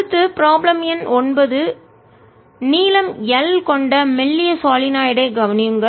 அடுத்துப்ராப்ளம் எண் 9 நீளம் L கொண்ட மெல்லிய சாலினாயிட் ஐ கவனியுங்கள்